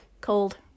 Cold